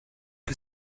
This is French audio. que